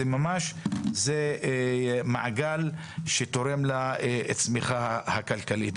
זה מעגל שתורם לצמיחה הכלכלית.